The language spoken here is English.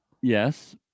Yes